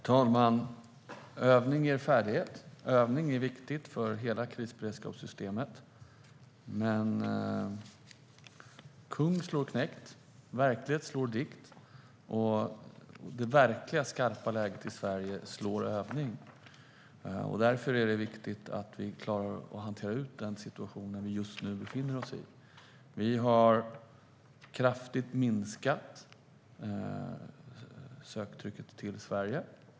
Herr talman! Övning ger färdighet. Övning är viktigt för hela krisberedskapssystemet. Men kung slår knekt. Verklighet slår dikt. Och det verkliga, skarpa läget i Sverige slår övning. Därför är det viktigt att vi klarar av att hantera den situation vi just nu befinner oss i. Vi har kraftigt minskat söktrycket till Sverige.